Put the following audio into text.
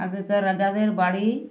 আগেকার রাজাদের বাড়ি